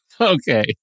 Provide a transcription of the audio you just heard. Okay